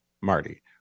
Marty